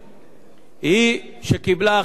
היא שקיבלה החלטה לגדר את אילת,